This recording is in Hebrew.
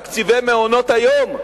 של תקציבי מעונות-היום,